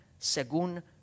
según